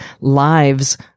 lives